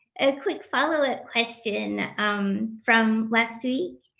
a quick follow-up question um from last week.